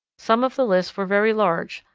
some of the lists were very large,